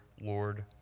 Lord